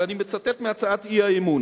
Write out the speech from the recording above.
ואני מצטט מהצעת האי-אמון